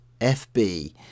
FB